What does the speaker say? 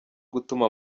gutuma